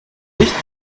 licht